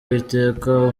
uwiteka